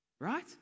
Right